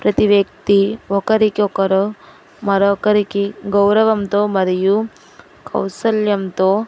ప్రతి వ్యక్తి ఒకరికొకరు మరొకరికి గౌరవంతో మరియు కౌసల్యంతో